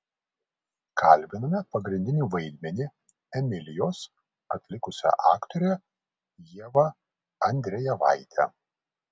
kalbiname pagrindinį vaidmenį emilijos atlikusią aktorę ievą andrejevaitę